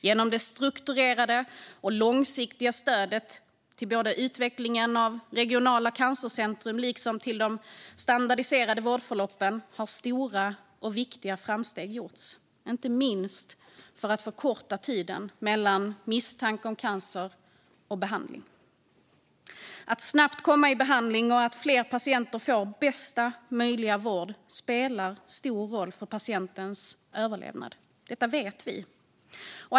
Genom det strukturerade och långsiktiga stödet till utvecklingen av både regionala cancercentrum och standardiserade vårdförlopp har stora och viktiga framsteg gjorts, inte minst för att förkorta tiden mellan misstanke om cancer och påbörjad behandling. Att patienter snabbt får behandling och att fler får bästa möjliga vård spelar stor roll för överlevnaden. Detta vet vi.